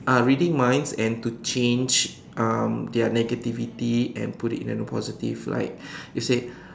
ah reading minds and to change um their negativity and put it into positive like you say